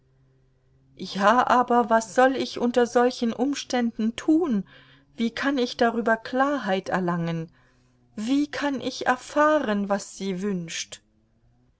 ja aber was soll ich unter solchen umständen tun wie kann ich darüber klarheit erlangen wie kann ich erfahren was sie wünscht